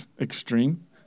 extreme